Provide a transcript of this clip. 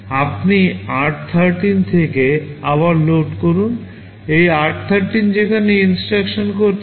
আপনি আর 13 থেকে আবার লোড করুন এই r13 সেখানে INSTRUCTION করছে